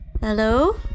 Hello